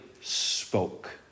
spoke